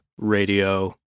radio